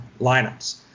lineups